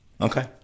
Okay